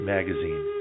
Magazine